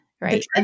Right